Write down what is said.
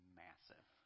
massive